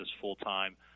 full-time